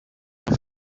off